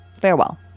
Farewell